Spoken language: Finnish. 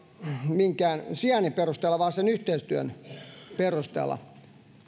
minkään sijainnin perusteella vaan sen yhteistyön perusteella